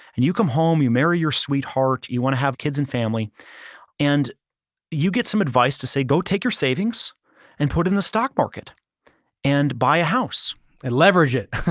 and you come home, you marry your sweetheart, you want to have kids and family and you get some advice to say, go take your savings and put it in the stock market and buy a house and leverage it.